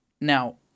Now